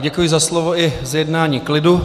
Děkuji za slovo i zjednání klidu.